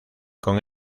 con